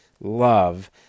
love